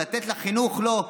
לתת לחינוך, לא.